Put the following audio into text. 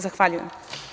Zahvaljujem.